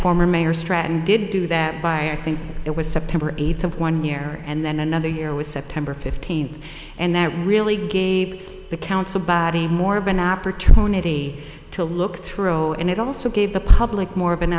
former mayor stratton i did do that by i think it was september eighth one year and then another year was september fifteenth and that really gave the council body more of an opportunity to look through and it also gave the public more of an